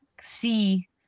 see